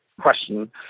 question